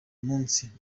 munsi